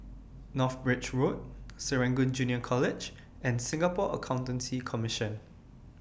North Bridge Road Serangoon Junior College and Singapore Accountancy Commission